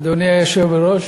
אדוני היושב-ראש,